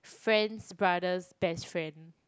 friend's brother's best friend